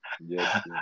Yes